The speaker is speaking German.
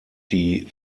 die